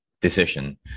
decision